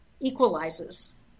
equalizes